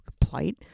plight